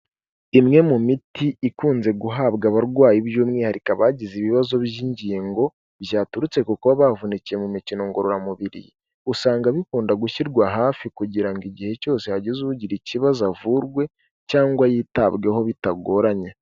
Imwe mu miti ikunze guhabwa abarwayi by'umwihariko bagize ibibazo by'ingingo byaturutse ku kuba bavunikiye mu mikino ngororamubiri, usanga bikunda gushyirwa hafi kugira ngo igihe cyose hagize ugira ikibazo avurwe cyangwa yitabweho bitagoranye.